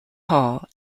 hall